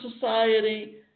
society